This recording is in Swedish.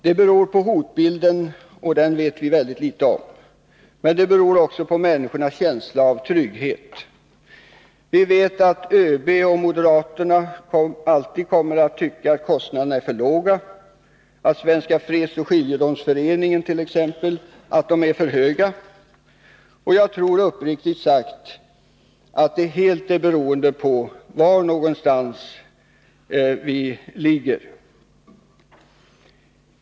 Det beror på hotbilden, och den vet vi väldigt litet om, men också på människors känsla av trygghet. Vi vet att ÖB och moderaterna alltid kommer att tycka att kostnaderna är för låga, att Svenska Fredsoch Skiljedomsföreningen t.ex. alltid kommer att tycka att de är för höga. Jag tror uppriktigt sagt att det helt är beroende av var någonstans vi hör hemma.